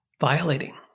violating